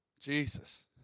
Jesus